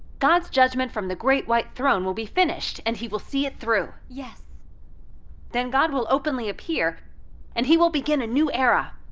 god's judgment from the great white throne will be finished and he will see it through. then god will openly appear and he will begin a new era!